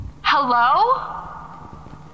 Hello